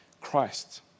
Christ